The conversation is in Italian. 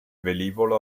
velivolo